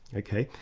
ok?